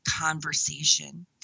conversation